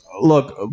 look